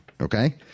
Okay